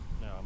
No